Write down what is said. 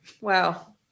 Wow